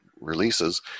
releases